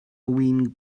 win